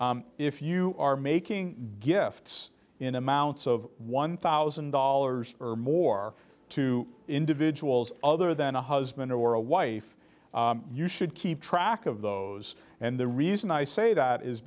that if you are making gifts in amounts of one thousand dollars or more to individuals other than a husband or a wife you should keep track of those and the reason i say that is